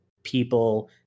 people